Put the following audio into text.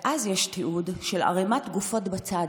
ואז יש תיעוד של ערמת גופות בצד,